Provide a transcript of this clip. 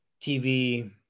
TV